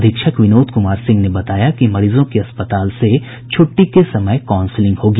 अधीक्षक विनोद कुमार सिंह ने बताया कि मरीजों की अस्पताल से छुट्टी के समय काउंसिलिंग होगी